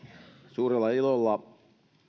suurella ilolla